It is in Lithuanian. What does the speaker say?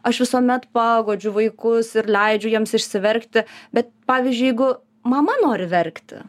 aš visuomet paguodžiu vaikus ir leidžiu jiems išsiverkti bet pavyzdžiui jeigu mama nori verkti